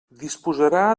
disposarà